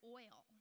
oil